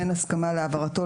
באין הסכמה להעברתו,